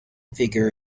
figure